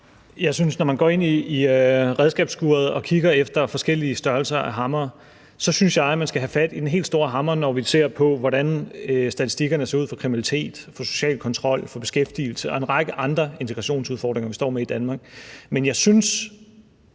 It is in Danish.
Jeg synes, at når man går ind i redskabsskuret og kigger efter forskellige størrelser af hamre, så skal man have fat i den helt store hammer, når vi ser på, hvordan statistikkerne ser ud i forhold til kriminalitet, social kontrol, beskæftigelse og en række andre integrationsudfordringer, vi står med i Danmark. Men jeg synes,